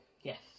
Yes